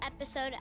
episode